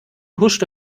huschte